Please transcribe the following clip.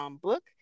book